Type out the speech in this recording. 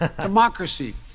democracy